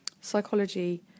psychology